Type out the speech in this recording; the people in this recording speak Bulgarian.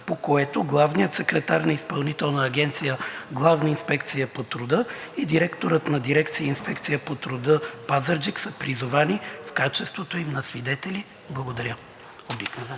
по което главният секретар на Изпълнителна агенция „Главна инспекция по труда“ и директорът на дирекция „Инспекция по труда“ – Пазарджик, са призовани в качеството им на свидетели. Благодаря. ПРЕДСЕДАТЕЛ